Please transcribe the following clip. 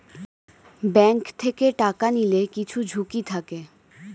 bank থেকে টাকা নিলে কিছু ঝুঁকি থাকে